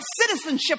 citizenship